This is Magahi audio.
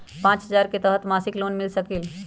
पाँच हजार के तहत मासिक लोन मिल सकील?